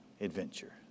adventure